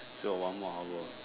still got one more hour